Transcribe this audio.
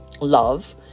love